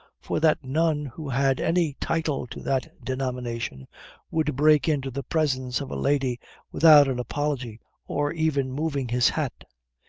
for that none who had any title to that denomination would break into the presence of a lady without an apology or even moving his hat.